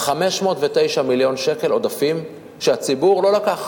509 מיליון שקל עודפים שהציבור לא לקח.